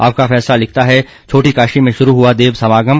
आपका फैसला लिखता है छोटी काशी में शुरू हुआ देव समागम